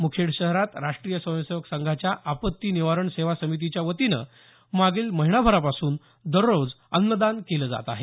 मुखेड शहरात राष्ट्रीय स्वयंसेवक संघाच्या आपत्ती निवारण सेवा समितीच्या वतीनं मागील महिनाभरापासून दररोज अन्नदान केलं जात आहे